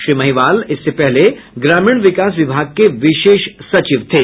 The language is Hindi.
श्री महिवाल इससे पहले ग्रामीण विकास विभाग के विशेष सचिव थे